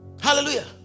Hallelujah